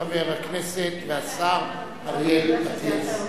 חבר הכנסת והשר אריאל אטיאס.